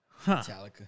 Metallica